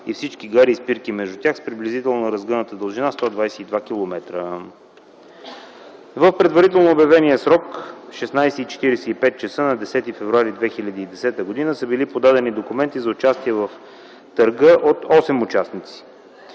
и всички гари и спирки между тях, с приблизително разгъната дължина 122 км”. В предварително обявения срок – 16,45 ч. на 10 февруари 2010 г., са били подадени документи за участие в търга от осем участника